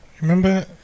remember